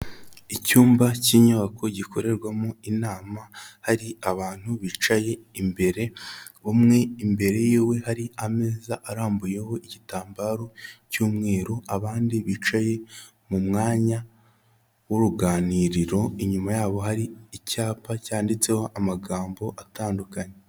Icyumba cy'inyubako gikorerwamo inama hari abantu bicaye imbere, umwe imbere yiwe hari ameza arambuyeho igitambaro cy'umweru, abandi bicaye mu mwanya w'uruganiriro inyuma yabo hari icyapa cyanditseho amagambo atandukanye.